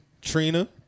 Trina